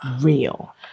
real